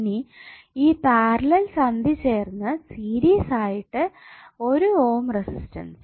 ഇനി ഈ പാരലൽ സന്ധി ചേർന്ന് സീരിസ് ആയിട്ട് 1 ഓം റെസിസ്റ്റൻസ്